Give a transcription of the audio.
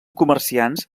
comerciants